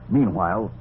Meanwhile